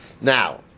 Now